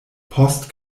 post